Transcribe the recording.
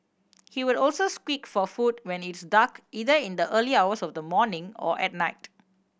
he would also squeak for food when it's dark either in the early hours of the morning or at night